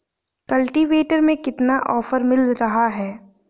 Cultivator में कितना offer मिल रहा है?